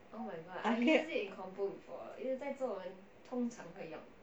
I get